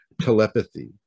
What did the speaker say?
telepathy